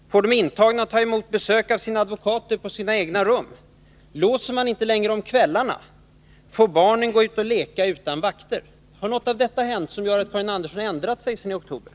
Får de intagna ta emot besök av sina advokater på sina egna rum? Låser man inte längre om kvällarna? Får barnen gå ut och leka utan vakter? Har något av detta hänt som gör att Karin Andersson ändrat sig sedan oktober?